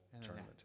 tournament